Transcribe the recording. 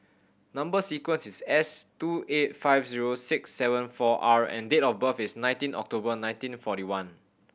number sequence is S two eight five zero six seven four R and date of birth is nineteen October nineteen forty one